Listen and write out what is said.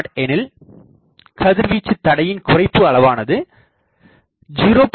10 எனில் கதிர்வீச்சுதடையின் குறைப்பு அளவானது 0